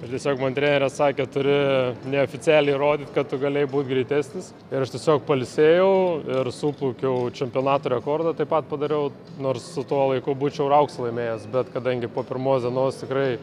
ir tiesiog man trenerė sakė turi neoficialiai įrodyt kas tu galėjai būt greitesnis ir aš tiesiog pailsėjau ir suplaukiau čempionatų rekordą taip pat padariau nors su tuo laiku būčiau ir auksą laimėjęs bet kadangi po pirmos dienos tikrai